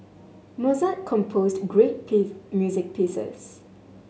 Mozart composed great music pieces